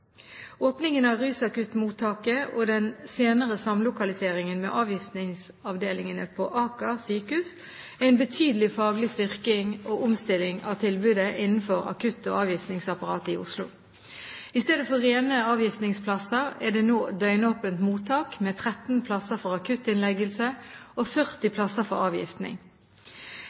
Åpningen av rusakuttmottaket og den senere samlokaliseringen med avgiftningsavdelingene på Aker universitetssykehus er en betydelig faglig styrking og omstilling av tilbudet innenfor akutt- og avgiftningsapparatet i Oslo. I stedet for rene avgiftningsplasser er det nå døgnåpent mottak med 13 plasser for akutt innleggelse og 40 plasser for avgiftning.